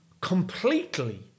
completely